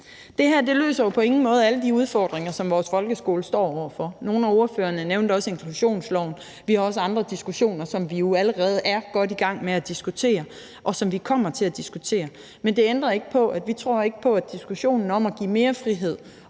Det her løser jo på ingen måde alle de udfordringer, som vores folkeskole står over for. Nogle af ordførerne nævnte også inklusionsloven, og vi har også andre diskussioner, som vi jo allerede er godt i gang med at tage, og som vi kommer til at tage. Men det ændrer ikke på, at vi ikke tror på, at diskussionen om at give mere frihed